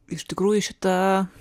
iš tikrųjų šita